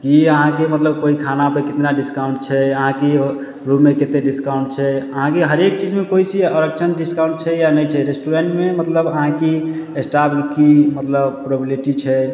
कि अहाँके मतलब कोइ खानापर कितना डिस्काउन्ट छै अहाँके रूममे कते डिस्काउन्ट छै अहाँके हरेक चीजमे कोइ सी आरक्षण डिस्काउन्ट छै या नहि छै रेस्टोरेन्टमे मतलब अहाँके स्टाफमे कि मतलब प्रोबेब्लिटी छै